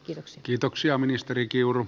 lisäksi kiitoksia ministeri kiuru